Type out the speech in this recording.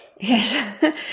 Yes